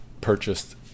purchased